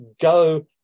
go